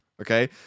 Okay